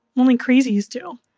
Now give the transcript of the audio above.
only crazies do.